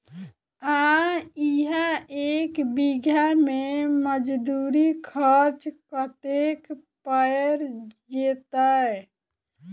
आ इहा एक बीघा मे मजदूरी खर्च कतेक पएर जेतय?